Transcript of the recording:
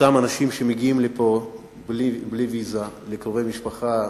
אותם אנשים שמגיעים לפה בלי ויזה לקרובי משפחה,